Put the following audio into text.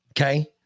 Okay